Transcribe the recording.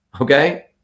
okay